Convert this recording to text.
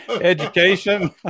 education